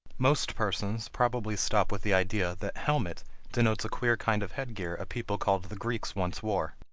most persons probably stop with the idea that helmet denotes a queer kind of headgear a people called the greeks once wore.